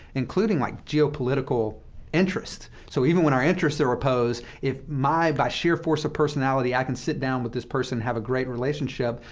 including like, geopolitical interests. so even when our interests are opposed, if my by sheer force of personality, i can sit down with this person and have a great relationship,